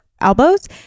elbows